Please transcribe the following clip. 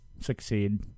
succeed